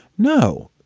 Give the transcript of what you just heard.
no,